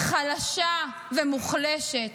חלשה ומוחלשת.